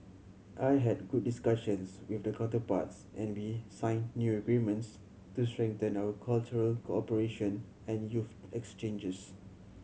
I had good discussions with counterparts and we signed new agreements to strengthen our cultural cooperation and youth exchanges